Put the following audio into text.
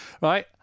Right